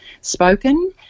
spoken